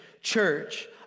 Church